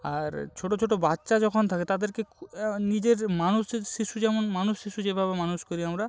আর ছোট ছোট বাচ্চা যখন থাকে তাদেরকে নিজের মানুষের শিশু যেমন মানুষ শিশু যেভাবে মানুষ করি আমরা